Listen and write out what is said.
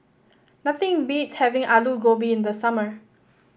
nothing beats having Alu Gobi in the summer